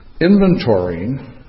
inventorying